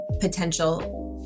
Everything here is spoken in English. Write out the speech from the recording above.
potential